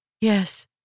Yes